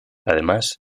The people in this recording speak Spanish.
además